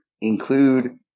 include